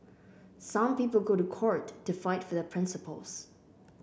some people go to court to fight for their principles